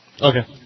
Okay